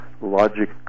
logic